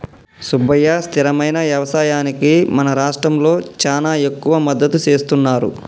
సుబ్బయ్య స్థిరమైన యవసాయానికి మన రాష్ట్రంలో చానా ఎక్కువ మద్దతు సేస్తున్నారు